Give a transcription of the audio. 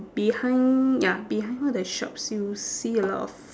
behind ya behind all the shops you'll see a lot of